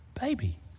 baby